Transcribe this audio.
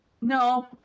no